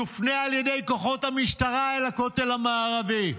יופנה על ידי כוחות המשטרה אל הכותל המערבי.